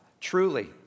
truly